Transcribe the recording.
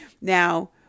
Now